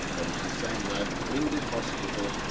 and the same night, in the hospital,